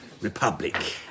Republic